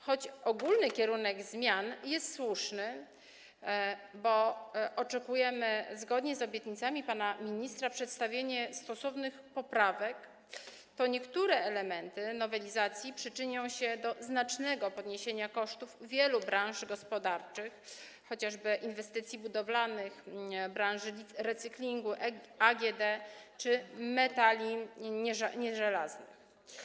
Choć ogólny kierunek zmian jest słuszny, bo oczekujemy, zgodnie z obietnicami pana ministra, przedstawienia stosownych poprawek, to niektóre elementy nowelizacji przyczynią się do znacznego podniesienia kosztów wielu branż gospodarczych, chociażby branży inwestycji budowlanych, recyklingu, AGD czy metali nieżelaznych.